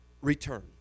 return